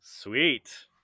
Sweet